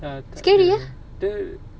ah tak ada dia